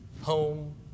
Home